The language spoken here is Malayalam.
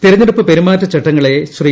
തെരഞ്ഞെടുപ്പ് പെരുമാറ്റ ചട്ടങ്ങളെ ശ്രീ